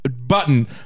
button